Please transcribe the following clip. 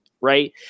Right